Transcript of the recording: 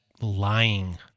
lying